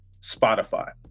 Spotify